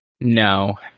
No